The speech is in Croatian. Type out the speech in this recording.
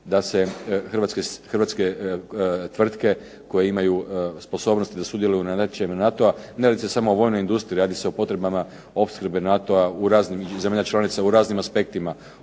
da se hrvatske tvrtke koje imaju sposobnost da sudjeluju na natječajima NATO. Ne radi se samo o vojnoj industriji, radi se o potrebama opskrbe NATO-a u raznim zemljama članicama u raznim aspektima